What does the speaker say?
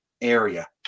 area